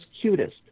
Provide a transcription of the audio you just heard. cutest